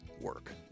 work